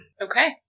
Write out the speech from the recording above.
Okay